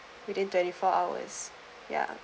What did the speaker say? within twenty four hours ya